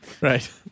Right